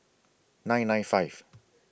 nine nine five